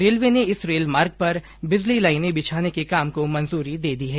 railway ने इस rail मार्ग पर बिजली लाईने बिछाने के काम को मंजूरी दे दी है